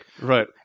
Right